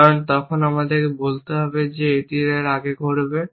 কারণ তখন আমাদের বলতে হবে যে এটি এর আগে ঘটবে